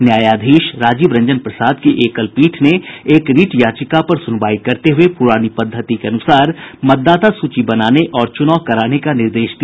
न्यायाधीश राजीव रंजन प्रसाद की एकल पीठ ने एक रिट याचिका पर सुनवाई करते हुये पुरानी पद्धति के अनुसार मतदाता सूची बनाने और चुनाव कराने का निर्देश दिया